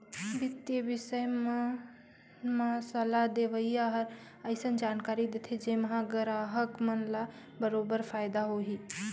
बित्तीय बिसय मन म सलाह देवइया हर अइसन जानकारी देथे जेम्हा गराहक मन ल बरोबर फायदा होही